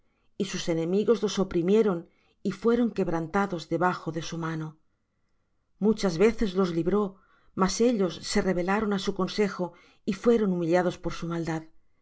y sus enemigos los oprimieron y fueron quebrantados debajo de su mano muchas veces los libró mas ellos se rebelaron á su consejo y fueron humillados por su maldad